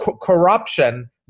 corruption